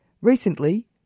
Recently